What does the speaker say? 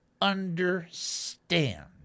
understand